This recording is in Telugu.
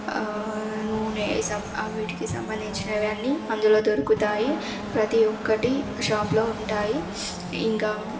నూనె వీటికి సంబంధించినవన్నీ అందులో దొరుకుతాయి ప్రతీ ఒక్కటి షాప్లో ఉంటాయి ఇంకా